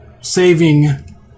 saving